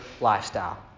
lifestyle